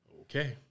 Okay